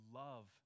love